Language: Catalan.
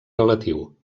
relatiu